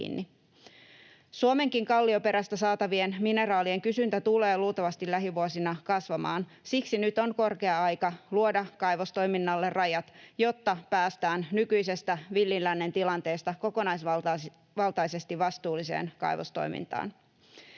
Suomenkin kallioperästä saatavien mineraalien kysyntä tulee luultavasti lähivuosina kasvamaan. Siksi nyt on korkea aika luoda kaivostoiminnalle rajat, jotta päästään nykyisestä villin lännen tilanteesta kokonaisvaltaisesti vastuulliseen kaivostoimintaan.